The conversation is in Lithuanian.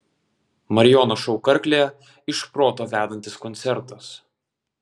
marijono šou karklėje iš proto vedantis koncertas